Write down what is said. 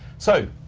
so,